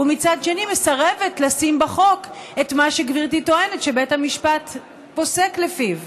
ומצד שני מסרבת לשים בחוק את מה שגברתי טוענת שבית המשפט פוסק לפיו.